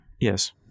Yes